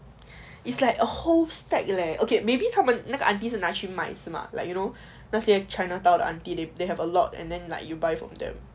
it's like a whole stack leh okay maybe 他们那个 auntie 拿去卖是吗 like you know 那些 chinatown 的 auntie they they have a lot and then like you buy from them